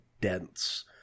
dense